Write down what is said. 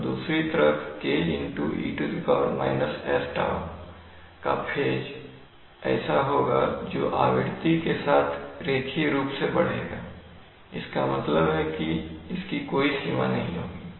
और दूसरी तरफ ke sτ का फेज ऐसा होगा जो आवृत्ति के साथ रेखीय रूप से बढ़ेगा इसका मतलब है इसकी कोई सीमा नहीं होगी